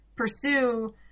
pursue